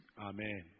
Amen